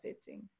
setting